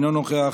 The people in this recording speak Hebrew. אינו נוכח,